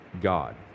God